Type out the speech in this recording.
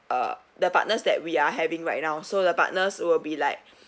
uh the partners that we are having right now so the partners will be like